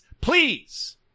Please